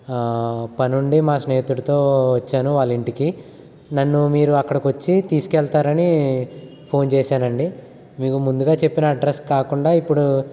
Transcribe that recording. పనుండి మా స్నేహితుడితో వచ్చాను వాళ్ళ ఇంటికి నన్ను మీరు అక్కడికి వచ్చి తీసుకెళ్తారని ఫోన్ చేసానండి మీకు ముందుగా చెప్పిన అడ్రస్ కాకుండా ఇప్పుడు